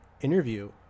interview